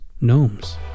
gnomes